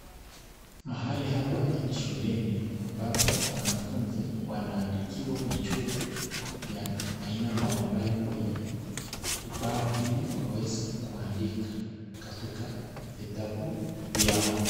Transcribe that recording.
Mahali hapa ni shuleni ambapo wanafunzi wanaandikiwa michoro ya aina mbalimbali kwenye ubao ili waweze kuandika katika vitabu vyao.